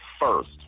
first